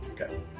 Okay